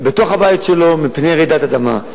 הבית שלו, מפני רעידת אדמה.